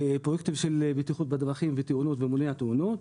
פרויקטים של בטיחות בדרכים, תאונות ומניעת תאונות.